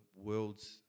world's